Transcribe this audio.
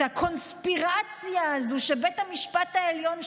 את הקונספירציה הזאת שבית המשפט העליון שולט.